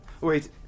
Wait